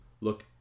look